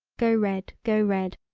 go red go red,